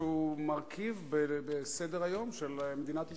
איזשהו מרכיב בסדר-היום של מדינת ישראל.